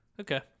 Okay